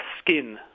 skin